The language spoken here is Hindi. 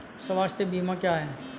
स्वास्थ्य बीमा क्या है?